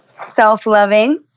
self-loving